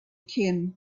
kim